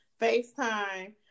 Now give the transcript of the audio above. FaceTime